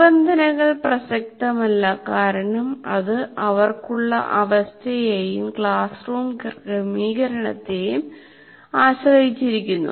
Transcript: നിബന്ധനകൾ പ്രസക്തമല്ല കാരണം അത് അവർക്കുള്ള അവസ്ഥയെയും ക്ലാസ് റൂം ക്രമീകരണത്തെയും ആശ്രയിച്ചിരിക്കുന്നു